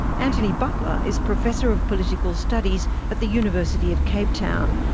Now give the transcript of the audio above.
anthony butler is professor of political studies at the university of cape town.